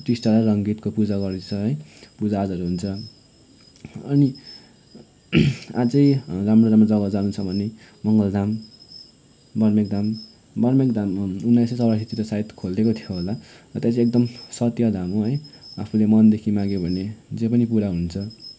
टिस्टा र रङ्गीतको पूजा गरिन्छ है पूजा आजाहरू हुन्छ अनि अझै राम्रो राम्रो जग्गा जानु छ भने मङ्गल धाम बर्मेक धाम बर्मेक धाम उनइस सय चौरासितिर सायद खोलेको थियो होला त्यो चाहिँ एकदम सत्य धाम हो आफूले मनदेखि माग्यो भने जे पनि पुरा हुन्छ